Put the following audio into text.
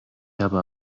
habe